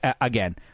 again